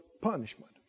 punishment